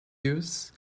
use